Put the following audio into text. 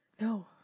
No